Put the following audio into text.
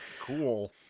Cool